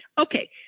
Okay